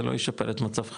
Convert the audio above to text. זה לא ישפר את מצבך,